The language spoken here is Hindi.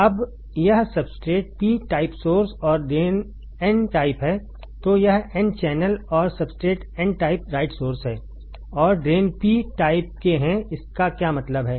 अब यह सब्सट्रेट P टाइप सोर्स और ड्रेन n टाइप है तो यह n चैनल और substrate n type right source है और ड्रेन P टाइप के हैं इसका क्या मतलब है